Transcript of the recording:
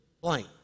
blank